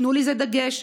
תנו לזה דגש,